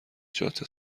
جات